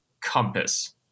compass